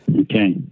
Okay